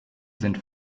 sind